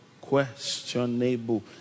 Questionable